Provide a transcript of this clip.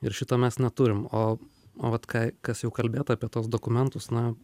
ir šito mes neturim o o vat ką kas jau kalbėta apie tuos dokumentus na